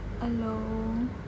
Hello